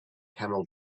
camel